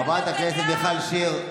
חברת הכנסת מיכל שיר,